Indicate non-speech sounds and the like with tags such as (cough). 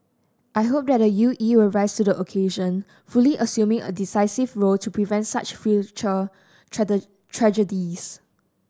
I hope the E U will rise to the occasion fully assuming a decisive role to prevent such future (unintelligible) tragedies